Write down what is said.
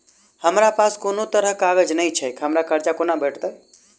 हमरा पास कोनो तरहक कागज नहि छैक हमरा कर्जा कोना भेटत?